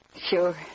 Sure